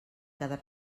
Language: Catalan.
cada